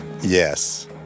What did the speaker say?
Yes